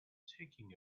taking